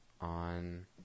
On